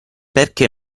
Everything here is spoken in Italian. perché